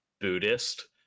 Buddhist